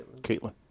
Caitlin